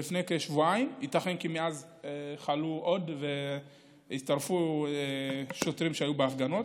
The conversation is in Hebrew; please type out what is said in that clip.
ללפני כשבועיים' Uייתכן כי מאז חלו עוד והתווספו שוטרים שהיו בהפגנות.